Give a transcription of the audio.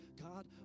God